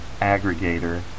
aggregator